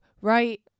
right